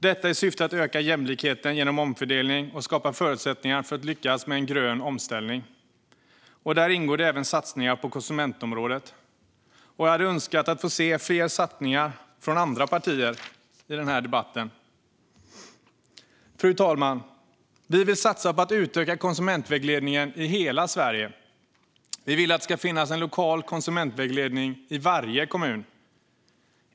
Detta gör vi i syfte att öka jämlikheten genom omfördelning och skapa förutsättningar att lyckas med en grön omställning. Där ingår även satsningar på konsumentområdet. Jag hade önskat att i debatten ha fått höra om fler satsningar från andra partier. Fru talman! Vi vill satsa på att utöka konsumentvägledningen i hela Sverige. Vi vill att en lokal konsumentvägledning ska finnas i varje kommun.